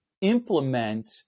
implement